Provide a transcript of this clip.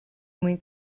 mwyn